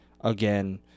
again